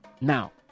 Now